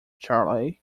charley